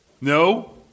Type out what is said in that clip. No